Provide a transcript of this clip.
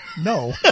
No